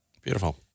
Beautiful